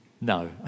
No